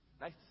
Nice